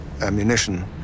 ammunition